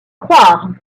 croire